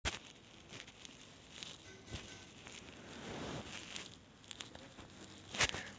उत्पादनाच्या वेगवेगळ्या टप्प्यांवर अंतिम ग्राहक वगळता सर्व पक्षांना जी.एस.टी परत केला जातो